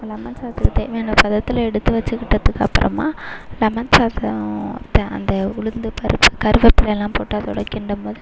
lemon சாதத்துக்கு தேவையான பதத்தில் எடுத்து வச்சுக்கிட்டதுக்கப்புறமா லெமன் சாதத்தில் அந்த அந்த உளுந்து பருப்பு கருவேப்புலைலாம் போட்டு அதோடு கிண்டும் போது